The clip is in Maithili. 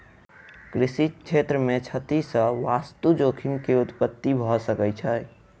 कृषि क्षेत्र मे क्षति सॅ वास्तु जोखिम के उत्पत्ति भ सकै छै